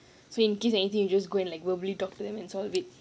so in case anything you just go and like verbally talk to them and solve it